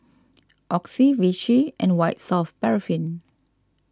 Oxy Vichy and White Soft Paraffin